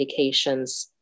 medications